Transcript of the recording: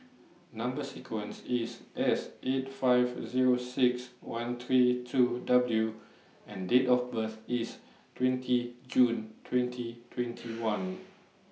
Number sequence IS S eight five Zero six one three two W and Date of birth IS twenty June twenty twenty one